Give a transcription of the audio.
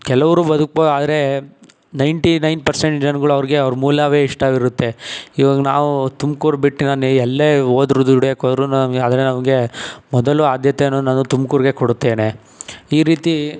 ಕೆಲವ್ರು ಬದುಕ್ಬೋದು ಆದರೆ ನೈಂಟಿ ನೈನ್ ಪರ್ಸೆಂಟ್ ಜನ್ಗಳು ಅವ್ರಿಗೆ ಅವ್ರ ಮೂಲವೇ ಇಷ್ಟ ಆಗಿರುತ್ತೆ ಇವಾಗ ನಾವು ತುಮ್ಕೂರು ಬಿಟ್ಟು ನಾನು ಎಲ್ಲೇ ಹೋದ್ರೂ ದುಡಿಯಕ್ಕೆ ಹೋದ್ರೂ ನಾವು ಮೊದಲು ಆದ್ಯತೆಯನ್ನು ತುಮಕೂರ್ಗೇ ಕೊಡುತ್ತೇನೆ ಈ ರೀತಿ